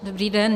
Dobrý den.